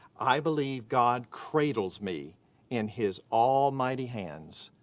i believe god cradles me in his almighty hands,